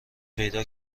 پیدا